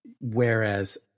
Whereas